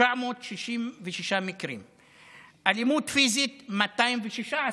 966 מקרים, אלימות פיזית 216 מקרים,